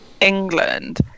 England